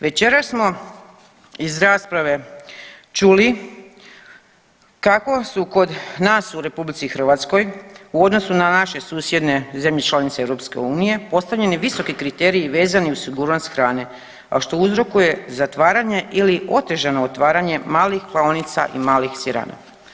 Večeras smo iz rasprave čuli kako su kod nas u RH u odnosu na naše susjedne zemlje članice EU postavljeni visoki kriteriji vezani uz sigurnost hrane, a što uzrokuje zatvaranje ili otežano otvaranje malih klaonica i malih sirana.